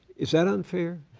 is that unfair?